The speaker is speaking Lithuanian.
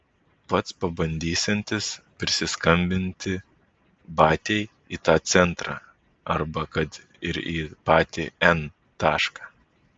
pats pabandysiantis prisiskambinti batiai į tą centrą arba kad ir į patį n tašką